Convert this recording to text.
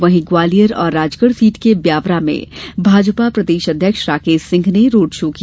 वहीं ग्वालियर और राजगढ़ सीट के ब्यावरा में भाजपा प्रदेश अध्यक्ष राकेश सिंह ने रोड शो किया